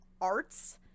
arts